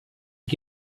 you